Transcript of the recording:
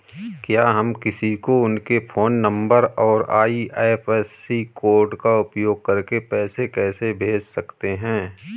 क्या हम किसी को उनके फोन नंबर और आई.एफ.एस.सी कोड का उपयोग करके पैसे कैसे भेज सकते हैं?